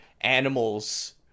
animals